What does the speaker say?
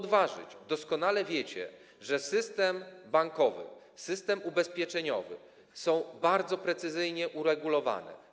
Doskonale wiecie, że system bankowy i system ubezpieczeniowy są bardzo precyzyjnie uregulowane.